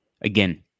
Again